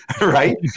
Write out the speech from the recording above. Right